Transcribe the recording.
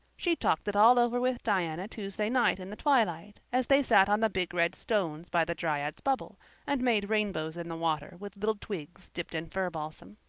she talked it all over with diana tuesday night in the twilight, as they sat on the big red stones by the dryad's bubble and made rainbows in the water with little twigs dipped in fir balsam.